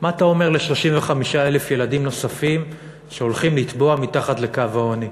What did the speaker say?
מה אתה אומר ל-35,000 ילדים נוספים שהולכים לטבוע מתחת לקו העוני,